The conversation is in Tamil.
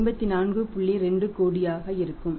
20 கோடியாக இருக்கும்